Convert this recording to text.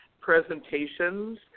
presentations